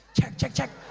check, check, check